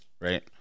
Right